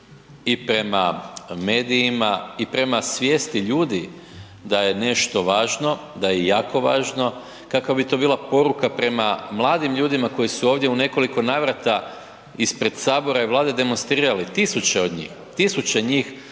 i prema medijima i prema svijesti ljudi da je nešto važno, da je jako važno, kakva bi to bila poruka prema mladim ljudima koji su ovdje u nekoliko navrata ispred HS i Vlade demonstrirali, tisuće od njih, tisuće njih